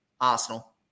Arsenal